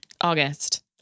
August